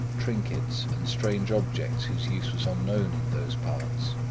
trinkets and strange objects whose use was unknown in those parts.